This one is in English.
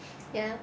ya